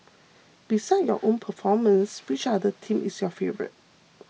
besides your own performance which other team is your favourite